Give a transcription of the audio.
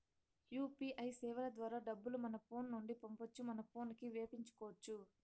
UPI సేవల ద్వారా డబ్బులు మన ఫోను నుండి పంపొచ్చు మన పోనుకి వేపించుకొచ్చు